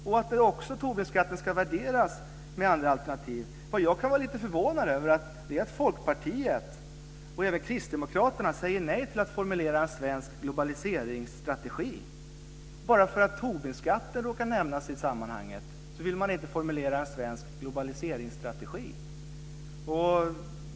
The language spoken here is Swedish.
Tobinskatten bör också vägas mot andra alternativ. Vad jag är lite förvånad över är att Folkpartiet och även kristdemokraterna säger nej till att formulera en svensk globaliseringsstrategi. Bara för att Tobinskatten råkar nämnas i sammanhanget vill man inte formulera en sådan strategi.